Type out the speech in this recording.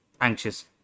anxious